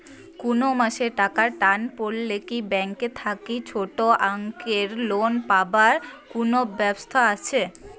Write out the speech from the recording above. কুনো মাসে টাকার টান পড়লে কি ব্যাংক থাকি ছোটো অঙ্কের লোন পাবার কুনো ব্যাবস্থা আছে?